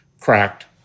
cracked